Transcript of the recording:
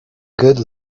good